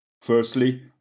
Firstly